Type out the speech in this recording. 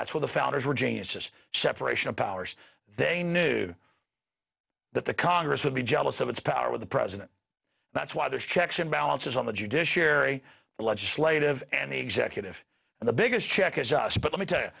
that's what the founders were geniuses separation of powers they knew that the congress would be jealous of its power with the president that's why there's checks and balances on the judiciary the legislative and the executive and the biggest check is just but let me tell y